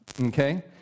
Okay